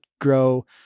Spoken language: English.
grow